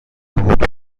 بود